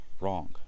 wrong